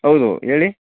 ಹೌದು ಹೇಳಿ